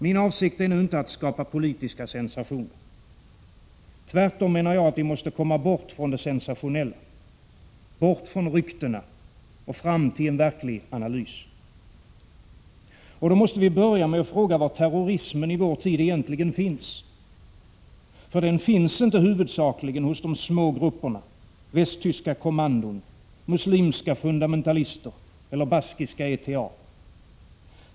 Min avsikt är inte att skapa politiska sensationer. Tvärtom menar jag att vi måste komma bort från det sensationella, bort från ryktena och fram till en verklig analys. Då måste vi börja med att fråga var terrorismen i vår tid egentligen finns. Den finns inte huvudsakligen hos de små grupperna, i västtyska kommandon, hos muslimska fundamentalister eller i baskiska ETA.